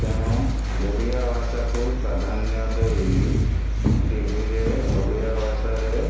ତେଣୁ ଓଡ଼ିଆ ଭାଷାକୁ ପ୍ରାଧାନ୍ୟ ଦେଇ ଟିଭିରେ ଓଡ଼ିଆ ଭାଷାରେ